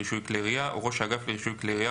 לרישוי כלי ירייה או ראש האגף לרישוי כלי ירייה,